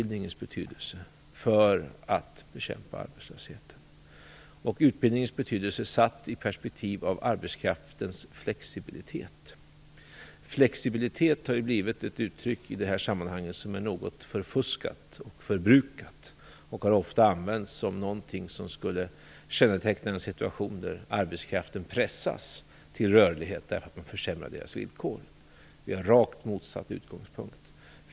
Då avser vi utbildningens betydelse sett ur perspektivet av arbetskraftens flexibilitet. Flexibilitet har ju blivit ett uttryck i det här sammanhanget som har blivit något förfuskat och förbrukat. Det har ofta använts som någonting som skulle känneteckna en situation där arbetskraften pressas till rörlighet därför att man försämrar dess villkor. Vi har en rakt motsatt utgångspunkt.